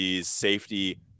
safety